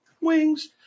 wings